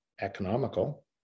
economical